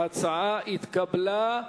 ההצעה נתקבלה.